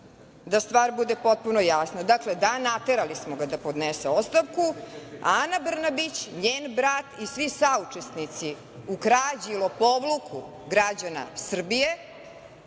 stvar bude potpuno jasna, dakle, da, naterali smo ga da podnese ostavku. Ana Brnabić, njen brat i svi saučesnici u krađi i lopovluku građana Srbije